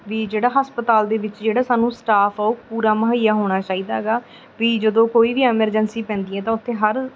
ਵੀ ਜਿਹੜਾ ਹਸਪਤਾਲ ਦੇ ਵਿੱਚ ਜਿਹੜਾ ਸਾਨੂੰ ਸਟਾਫ ਆ ਉਹ ਪੂਰਾ ਮੁਹੱਈਆ ਹੋਣਾ ਚਾਹੀਦਾ ਹੈਗਾ ਵੀ ਜਦੋਂ ਕੋਈ ਵੀ ਐਮਰਜੈਂਸੀ ਪੈਂਦੀ ਹੈ ਤਾਂ ਉੱਥੇ ਹਰ